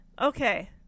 okay